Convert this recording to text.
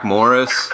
Morris